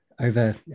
over